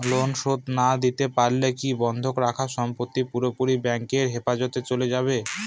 Loan শোধ না দিতে পারলে কি বন্ধক রাখা সম্পত্তি পুরোপুরি ব্যাংকের হেফাজতে চলে যাবে?